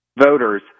voters